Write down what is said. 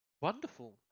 Wonderful